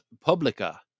publica